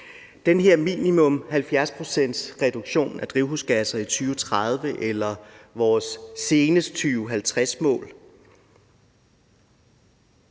Den her minimum 70-procentsreduktion af drivhusgasser i 2030 eller vores seneste 2050-mål